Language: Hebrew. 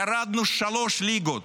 ירדנו שלוש ליגות.